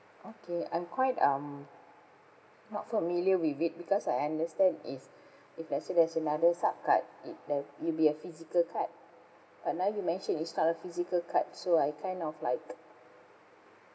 okay I'm quite um not familiar with it because I understand if if let's say there's another sup card it there it'll be a physical card but now you mention it's not a physical card so I kind of like